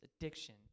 addiction